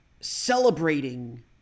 celebrating